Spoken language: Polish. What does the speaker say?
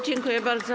Dziękuję bardzo.